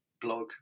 blog